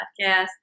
podcast